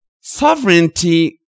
sovereignty